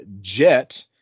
Jet